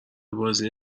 بازی